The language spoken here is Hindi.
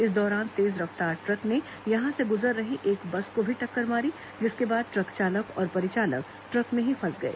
इस दौरान तेज रफ्तार ट्रक ने यहां से गुजर रही एक बस को भी टक्कर मारी जिसके बाद ट्रक चालक और परिचालक ट्रक में ही फंस गए